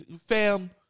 fam